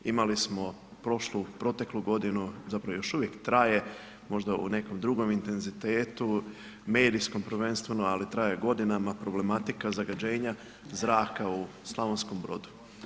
Imali smo prošlu, proteklu godinu, zapravo još uvijek traje, možda u nekom drugom intenzitetu, medijskom prvenstveno ali traje godinama problematika zagađenja zraka u Slavonskom Brodu.